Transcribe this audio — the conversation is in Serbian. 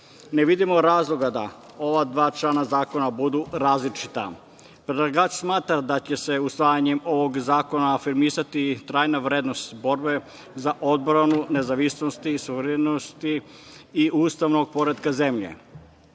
Ne vidimo razlog da ova dva člana zakona budu različita. Predlagač smatra da će se usvajanjem ovog zakona afirmisati trajna vrednost borbe za odbranu, nezavisnost i suverenost i ustavnog poretka zemlje. Mnogo